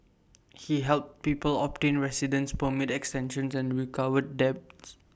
he helped people obtain residence permit extensions and recovered debts